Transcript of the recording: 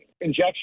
injection